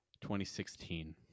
2016